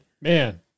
man